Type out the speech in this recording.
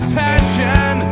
passion